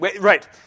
right